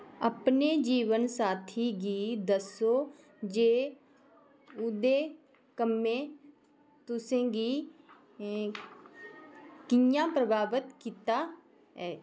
अपने जीवनसाथी गी दस्सो जे उं'दे कम्में तुसें गी कि'यां प्रभावत कीता ऐ